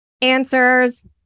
answers